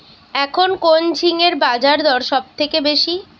এখন কোন ঝিঙ্গের বাজারদর সবথেকে বেশি?